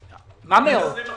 מאות.